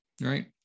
right